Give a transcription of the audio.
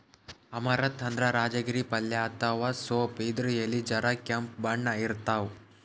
amaranth ಅಂದ್ರ ರಾಜಗಿರಿ ಪಲ್ಯ ಅಥವಾ ಸೊಪ್ಪ್ ಇದ್ರ್ ಎಲಿ ಜರ ಕೆಂಪ್ ಬಣ್ಣದ್ ಇರ್ತವ್